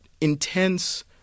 intense